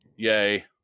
yay